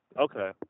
okay